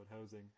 housing